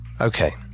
Okay